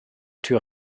tür